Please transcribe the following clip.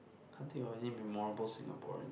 can't think of any memorable Singaporean